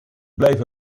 blijf